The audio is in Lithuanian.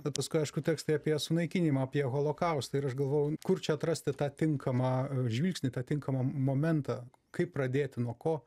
o paskui aišku tekstai apie sunaikinimą apie holokaustą ir aš galvoju kur čia atrasti tą tinkamą žvilgsnį tą tinkamą m momentą kaip pradėti nuo ko